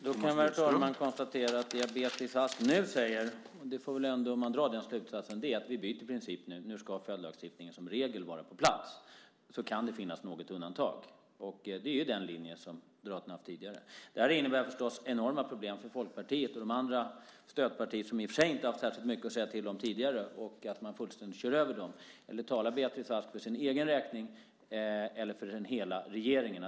Herr talman! Då kan vi konstatera att det Beatrice Ask nu säger - man får väl ändå dra den slutsatsen - är att vi nu byter princip. Nu ska följdlagstiftningen som regel vara på plats. Det kan finnas något undantag. Och det är ju den linje som Moderaterna har haft tidigare. Det här innebär förstås enorma problem för Folkpartiet och de andra stödpartierna, som i och för sig inte har haft särskilt mycket att säga till om tidigare, och att man fullständigt kör över dem. Talar Beatrice Ask för sin egen räkning eller för hela regeringen?